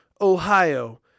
Ohio